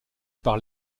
par